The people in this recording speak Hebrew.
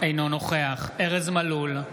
אינו נוכח ארז מלול,